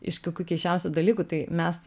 iš kokių keisčiausių dalykų tai mes